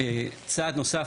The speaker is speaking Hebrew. זה צעד נוסף,